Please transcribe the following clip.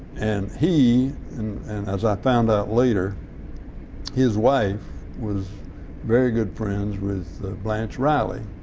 and he and and as i found out later his wife was very good friends with blanche riley,